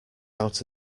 out